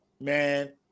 Man